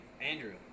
Andrew